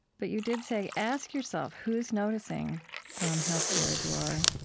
but you did say, ask yourself who's noticing how scared you are,